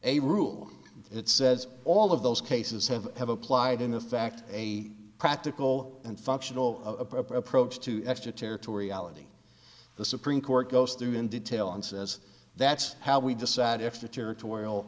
a rule it says all of those cases have have applied in effect a practical and functional approach to extraterritoriality the supreme court goes through in detail and says that's how we decide if the territorial